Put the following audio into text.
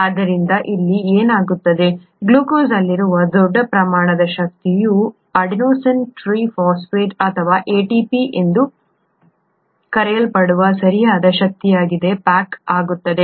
ಆದ್ದರಿಂದ ಇಲ್ಲಿ ಏನಾಗುತ್ತದೆ ಗ್ಲೂಕೋಸ್ ಅಲ್ಲಿರುವ ದೊಡ್ಡ ಪ್ರಮಾಣದ ಶಕ್ತಿಯು ಅಡೆನೊಸಿನ್ ಟ್ರೈಫಾಸ್ಫೇಟ್ ಅಥವಾ ATP ಎಂದು ಕರೆಯಲ್ಪಡುವ ಸರಿಯಾದ ಶಕ್ತಿಯಾಗಿ ಪ್ಯಾಕ್ ಆಗುತ್ತದೆ